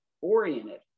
oriented